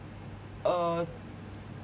uh